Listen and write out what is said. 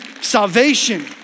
salvation